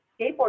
skateboard